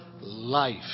life